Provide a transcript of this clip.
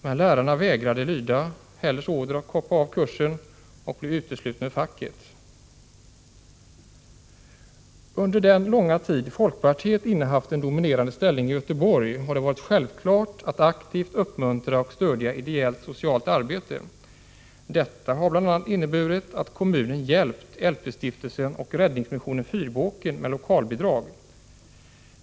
När lärarna vägrade lyda Hellers order att hoppa av kursen blev de uteslutna ur facket. Under den långa tid folkpartiet innehaft en dominerande ställning i Göteborg har det varit självklart att aktivt uppmuntra och stödja ideellt socialt hjälparbete. Detta har bl.a. inneburit att kommunen hjälpt LP stiftelsen och Räddningsmissionen-Fyrbåken med lokalbidrag.